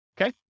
Okay